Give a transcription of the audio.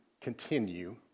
continue